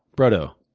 brodo.